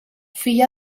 fill